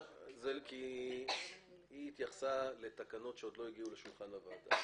היא התייחסה לתקנות שעוד לא הגיעו לשולחן הוועדה.